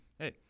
Hey